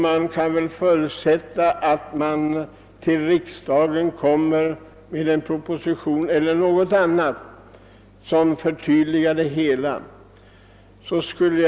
Man kan väl förutsätta att det kommer att framläggas ett resultat i form av en proposition eller på något annat sätt, som förtydligar förhållandena på detta område.